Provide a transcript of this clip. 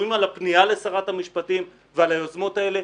חתומים על הפנייה לשרת המשפטים ועל היוזמות האלה.